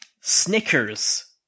Snickers